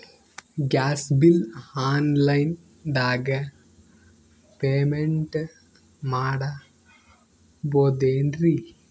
Gas bill online ದಾಗ payment ಮಾಡಬೋದೇನ್ರಿ?